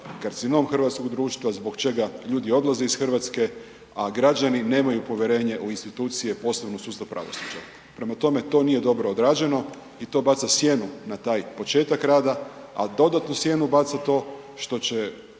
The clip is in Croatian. karcinom hrvatskog društva zbog čega ljudi odlaze iz Hrvatske, a građani nemaju povjerenje u institucije, posebno sustav pravosuđa. Prema tome, to nije dobro odrađeno i to baca sjenu na taj početak rada, a dodatnu sjenu baca to što će,